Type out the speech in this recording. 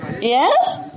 Yes